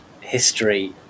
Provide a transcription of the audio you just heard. history